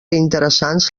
interessants